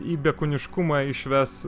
į kūniškumą išves